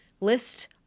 List